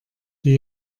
die